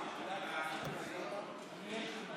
אני ציפיתי להרבה יותר ממי שיושבים